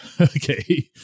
okay